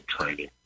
training